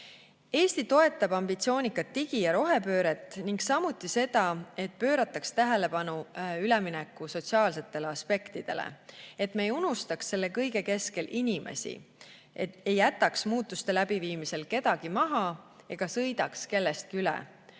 Eesti toetab ambitsioonikat digi- ja rohepööret ning samuti seda, et pöörataks tähelepanu ülemineku sotsiaalsetele aspektidele, et me ei unustaks selle kõige keskel inimesi, ei jätaks muudatuste läbiviimisel kedagi maha ega sõidaks kellestki üle.